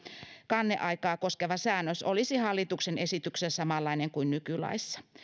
kanneaikaa koskeva säännös olisi hallituksen esityksessä samanlainen kuin nykylaissa